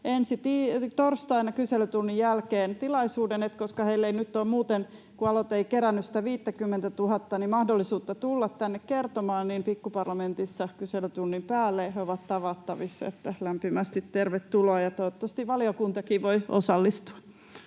torstaina kyselytunnin jälkeen tilaisuuden, koska kun aloite ei kerännyt sitä 50 000:ta, heillä ei nyt ole muuten mahdollisuutta tulla tänne kertomaan, joten Pikkuparlamentissa kyselytunnin päälle he ovat tavattavissa. Lämpimästi tervetuloa, ja toivottavasti valiokuntakin voi osallistua.